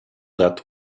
that